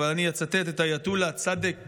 אבל אני אצטט את האייתוללה סאדק